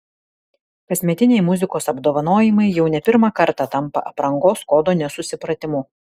kasmetiniai muzikos apdovanojimai jau ne pirmą kartą tampa aprangos kodo nesusipratimu